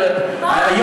להגיד מה הממשלה רוצה?